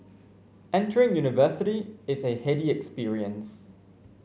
entering university is a heady experience